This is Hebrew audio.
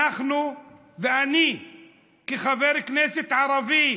אנחנו, ואני כחבר כנסת ערבי,